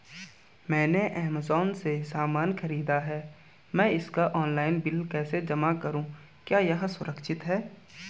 मैंने ऐमज़ान से सामान खरीदा है मैं इसका ऑनलाइन बिल कैसे जमा करूँ क्या यह सुरक्षित है?